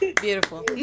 beautiful